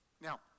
now